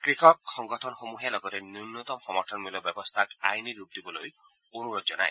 কৃষক সংগঠনসমূহে লগতে ন্যূনতম সমৰ্থন ব্যৱস্থাক আইনী ৰূপ দিবলৈ অনুৰোধ জনায়